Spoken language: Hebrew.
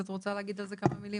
את רוצה להגיד על זה כמה מילים,